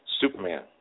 Superman